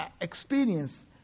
experience